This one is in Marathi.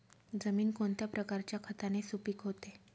जमीन कोणत्या प्रकारच्या खताने सुपिक होते?